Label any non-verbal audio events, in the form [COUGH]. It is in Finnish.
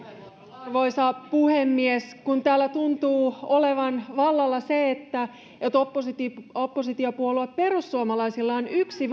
arvoisa puhemies kun täällä tuntuu olevan vallalla se että oppositiopuolue perussuomalaisilla on yksi [UNINTELLIGIBLE]